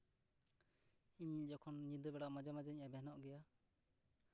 ᱤᱧ ᱡᱚᱠᱷᱚᱱ ᱧᱤᱫᱟᱹᱵᱮᱲᱟ ᱢᱟᱡᱷᱮ ᱢᱟᱡᱷᱮᱧ ᱮᱵᱷᱮᱱᱚᱜ ᱜᱮᱭᱟ